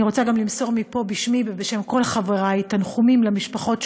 אני גם רוצה למסור מפה בשמי ובשם כל חברי תנחומים למשפחות,